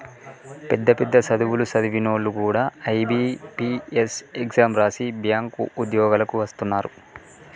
పెద్ద పెద్ద సదువులు సదివినోల్లు కూడా ఐ.బి.పీ.ఎస్ ఎగ్జాం రాసి బ్యేంకు ఉద్యోగాలకు వస్తున్నరు